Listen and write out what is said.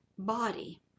Body